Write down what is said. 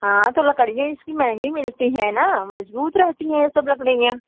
हाँ तो लकड़िए इसकी महँगी मिलती है ना मज़बूत रहती हैं यह सब लकड़ियाँ